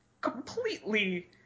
completely